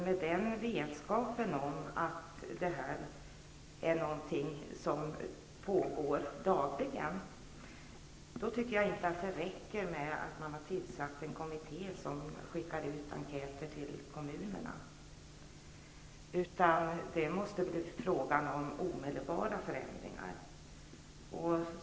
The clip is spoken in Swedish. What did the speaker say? Med vetskapen om att det här är någonting som pågår dagligen, tycker jag inte att det räcker med att man har tillsatt en kommitté som skickar ut enkäter till kommunerna. Det måste bli fråga om omedelbara förändringar.